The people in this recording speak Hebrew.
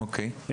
אוקיי.